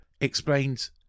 explains